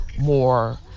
more